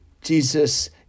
Jesus